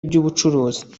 by’ubucuruzi